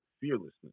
fearlessness